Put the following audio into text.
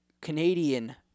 Canadian